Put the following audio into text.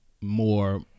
more